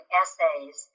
essays